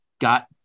got